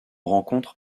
rencontre